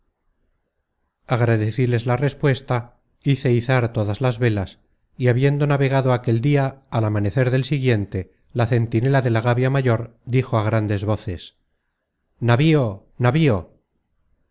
at agradecíles la respuesta hice izar todas las velas y habiendo navegado aquel dia al amanecer del siguiente la centinela de la gavia mayor dijo á grandes voces navío navío